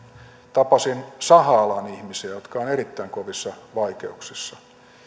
tapasin saha alan ihmisiä jotka ovat erittäin kovissa vaikeuksissa